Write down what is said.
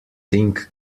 think